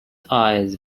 eyes